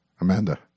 Amanda